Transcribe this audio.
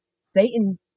satan